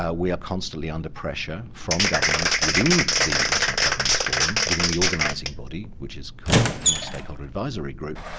ah we are constantly under pressure from governments within the internet governance forum within the organising body, which is called the multi-stakeholder advisory group,